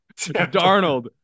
Darnold